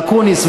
אקוניס,